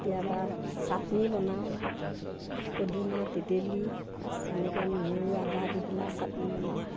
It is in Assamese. কেতিয়াবা চাটনি বনাওঁ পদিনা তেতেলী এনেকৈ নহৰু আদা দি পেলাই চাটনি বনাওঁ